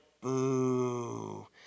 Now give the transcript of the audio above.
Boo